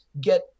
get